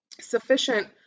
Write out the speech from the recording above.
sufficient